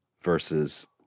versus